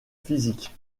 physique